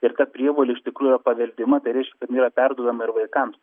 ir ta prievolė iš tikrųjų paveldima tai reiškia kad jinai yra perduodama ir vaikams